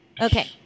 Okay